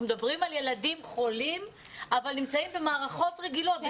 אנחנו מדברים על ילדים חולים אבל נמצאים במערכות רגילות,